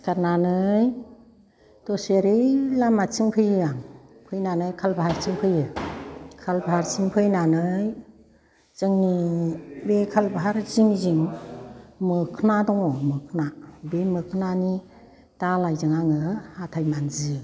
सिखारनानै दसे ओरै लामाथिं फैयो आं फैनानै खालबाहार सिम फैयो खालबाहारसिम फैनानै जोंनि बे खालबाहार जिं जिं मोखोना दं मोखोना बे मोखोनानि दालाइजों आङो हाथाय मानजियो